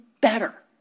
better